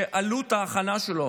שעלות ההכנה שלו